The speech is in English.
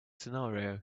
scenario